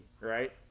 right